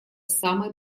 самой